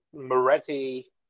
Moretti